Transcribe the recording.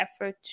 effort